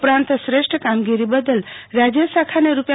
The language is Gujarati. ઉપરાંત શ્રેષ્ઠ કામગીરી બદલ રાજ્ય શાખાને રૂા